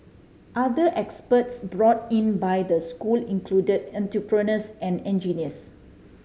other experts brought in by the school include entrepreneurs and engineers